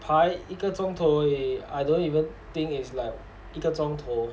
爬一个钟头而已 I don't even think it's like 一个钟头